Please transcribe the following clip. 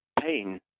pain